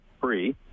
free